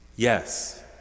Yes